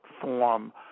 form